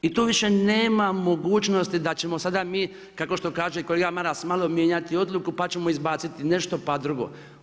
I tu više nema mogućnosti da ćemo sada mi, kako kaže kolega Maras, malo mijenjati odluku, pa ćemo izbaciti nešto, pa drugo.